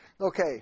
Okay